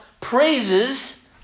praises